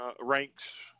ranks